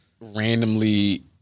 randomly